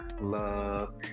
love